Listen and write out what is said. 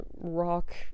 rock